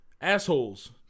Assholes